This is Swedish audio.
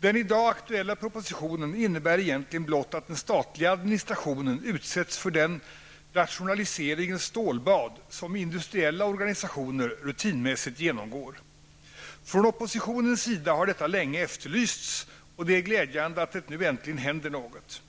Den i dag aktuella propositionen innebär egentligen blott att den statliga administrationen utsätts för det rationaliseringens stålbad som industriella organisationer rutinmässigt genomgår. Från oppositionens sida har detta länge efterlysts, och det är glädjande att det nu äntligen händer något.